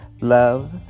love